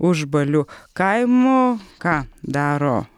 užbalių kaimo ką daro